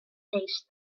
tastes